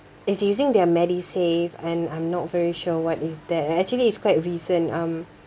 it's using their medisave and I'm not very sure what is that actually it's quite recent um